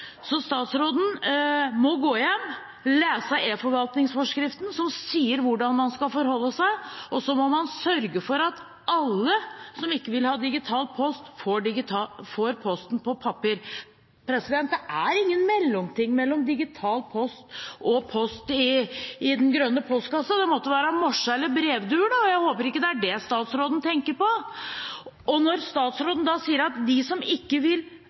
Så statsråden må gå hjem og lese eForvaltningsforskriften som sier hvordan man skal forholde seg, og så må man sørge for at alle som ikke vil ha digital post, får posten på papir. Det er ingen mellomting mellom digital post og post i den grønne postkassen. Det måtte vært morse eller brevduer, da. Jeg håper ikke det er det statsråden tenker på. Når statsråden da sier at de som ikke